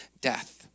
death